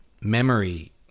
memory